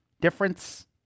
Difference